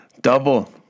double